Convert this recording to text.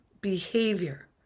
behavior